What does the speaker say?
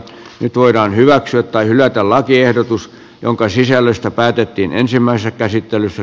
nyt voidaan hyväksyä tai hylätä lakiehdotus jonka sisällöstä päätettiin ensimmäisessä käsittelyssä